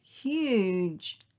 huge